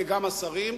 וגם השרים,